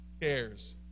cares